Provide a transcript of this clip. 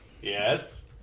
yes